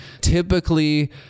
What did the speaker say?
typically